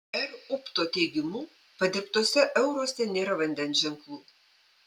r upto teigimu padirbtuose euruose nėra vandens ženklų